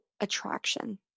attraction